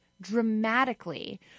dramatically